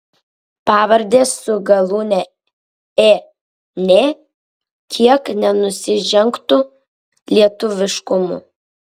pavardės su galūne ė nė kiek nenusižengtų lietuviškumui